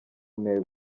ntego